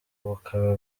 bukaba